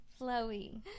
flowy